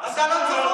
אתה לא צבוע?